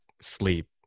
sleep